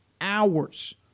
hours